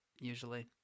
usually